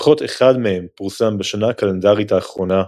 לפחות אחד מהם פורסם בשנה הקלנדרית האחרונה.